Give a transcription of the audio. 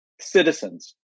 citizens